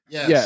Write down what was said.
Yes